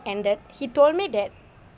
ended he told me that